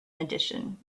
edition